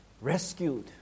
rescued